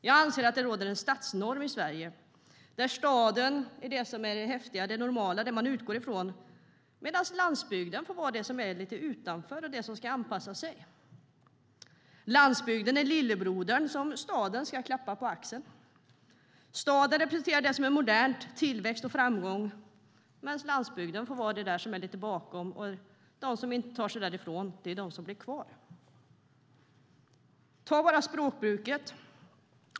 Jag anser att det råder en stadsnorm i Sverige där staden är det häftiga och normala - det man utgår ifrån - medan landsbygden får vara det som är lite utanför och det som ska anpassa sig. Landsbygden är lillebrodern som staden ska klappa på axeln. Staden representerar det som är modernt, som tillväxt och framgång, medan landsbygden får vara det där som är lite bakom. De som inte tar sig därifrån är de som blev kvar, heter det. Ta bara språkbruket!